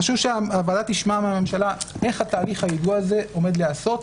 חשוב שהוועדה תשמע מהממשלה איך תהליך היידוע הזה הולך להיעשות,